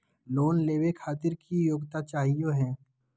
Loan लेवे खातीर की योग्यता चाहियो हे?